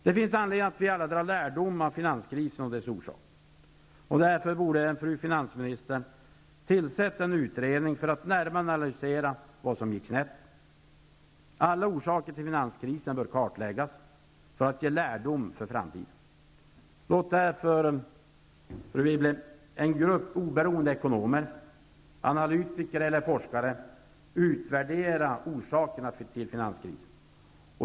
Det finns anledning för oss alla att dra lärdom av finanskrisen och dess orsak. Fru finansministern borde därför tillsätta en utredning med uppgift att närmare analysera vad som gick snett. Alla orsaker till finanskrisen bör kartläggas för att ge lärdom för framtiden. Låt därför, fru Wibble, en grupp oberoende ekonomer, analytiker eller forskare utvärdera orsakerna till finanskrisen.